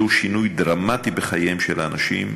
זהו שינוי דרמטי בחייהם של האנשים.